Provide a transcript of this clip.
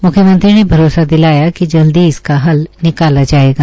मुख्यमंत्री ने भरोसा दिलाया कि जल्द ही इसका हल निकाला जायेगा